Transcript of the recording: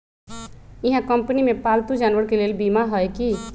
इहा कंपनी में पालतू जानवर के लेल बीमा हए कि?